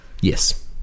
Yes